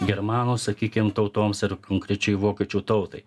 germanų sakykim tautoms ir konkrečiai vokiečių tautai